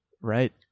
Right